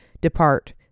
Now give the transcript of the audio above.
Depart